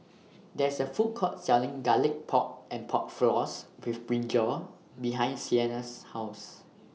There IS A Food Court Selling Garlic Pork and Pork Floss with Brinjal behind Sienna's House